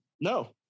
No